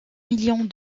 millions